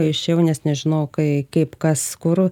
išėjau nes nežinau kai kaip kas kur